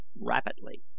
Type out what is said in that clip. rapidly